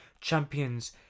champions